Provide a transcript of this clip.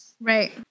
Right